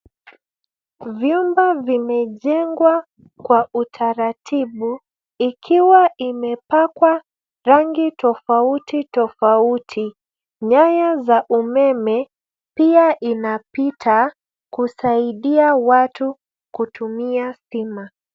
Vyumba vimejengwa kwa utaratibu ikiwa imepakwa rangi tofauti tofauti . Nyaya za umeme pia zinapita kuwasaidia watu kutumia stima .